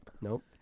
Nope